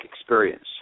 experience